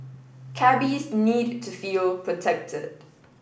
cabbies need to feel protected